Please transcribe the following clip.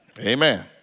amen